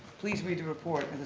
please read the report. and